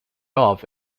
off